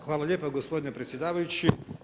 Hvala lijepa gospodine predsjedavajući.